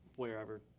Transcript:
wherever